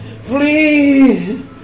Flee